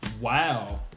Wow